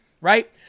right